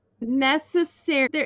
necessary